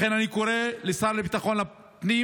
לכן, אני קורא לשר לביטחון הפנים